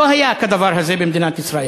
לא היה כדבר הזה במדינת ישראל.